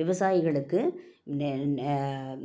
விவசாயிகளுக்கு நெ நெ